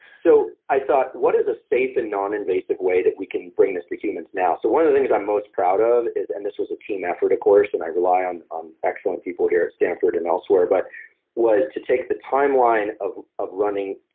so, i thought, what is a safe and non-invasive way that we can bring this to humans now? so, one of the things i'm most proud of, and this was a team effort of course, and i rely on on excellent people here at stanford and elsewhere but was to take the timeline of of running.